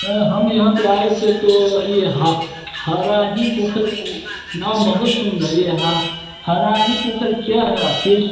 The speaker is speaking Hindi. सर हम यहाँ पर आए थे तो यहाँ हराही नाम बहुत सुन रहा ये हराही पोखर क्या है